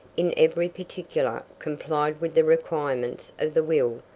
in every particular, complied with the requirements of the will,